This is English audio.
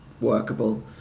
workable